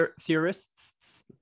Theorists